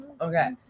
Okay